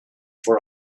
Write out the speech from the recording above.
for